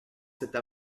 cette